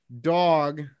dog